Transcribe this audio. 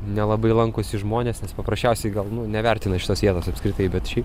nelabai lankosi žmonės nes paprasčiausiai gal nu nevertina šitos vietos apskritai bet šiaip